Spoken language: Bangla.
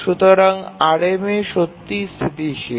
সুতরাং RMA সত্যিই স্থিতিশীল